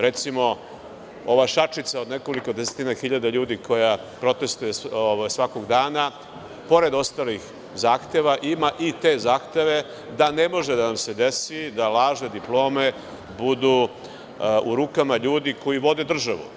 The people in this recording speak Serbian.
Recimo, ova šačica od nekoliko desetina hiljada ljudi koja protestvuje svakog dana, pored ostalih zahteva, ima i te zahteve da ne može da se desi da lažne diplome budu u rukama ljudi koje vode državu.